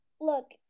Look